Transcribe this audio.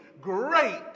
Great